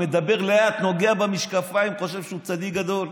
מדבר לאט, נוגע במשקפיים, חושב שהוא צדיק גדול,